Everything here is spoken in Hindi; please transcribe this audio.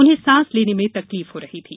उन्हें सांस लेने में तकलीफ हो रही थी